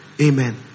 Amen